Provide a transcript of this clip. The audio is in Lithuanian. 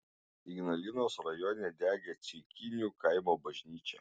ignalinos rajone degė ceikinių kaimo bažnyčia